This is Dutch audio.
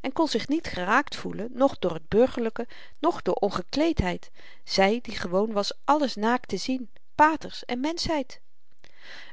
en kon zich niet geraakt voelen noch door t burgerlyke noch door ongekleedheid zy die gewoon was alles naakt te zien paters en mensheid